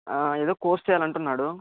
ఏదో కోర్స్ చేయాలంటున్నాడు